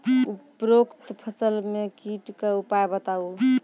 उपरोक्त फसल मे कीटक उपाय बताऊ?